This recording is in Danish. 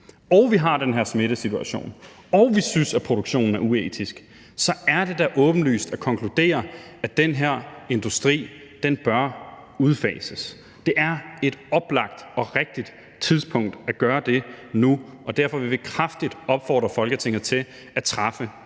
og vi har den her smittesituation, og vi synes, at produktionen er uetisk, så er det da åbenlyst at konkludere, at den her industri bør udfases. Det er et oplagt og rigtigt tidspunkt at gøre det nu, og derfor vil vi kraftigt opfordre Folketinget til at træffe